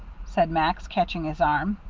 said max, catching his arm.